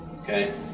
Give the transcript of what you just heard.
Okay